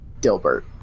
Dilbert